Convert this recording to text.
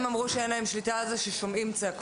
הם אמרו שאין להם שליטה על זה, ששומעים צעקות.